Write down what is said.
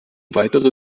weitere